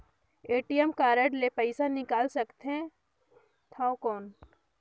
ATM card ले पइसा निकाल सकथे थव कौन?